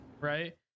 right